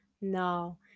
No